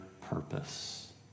purpose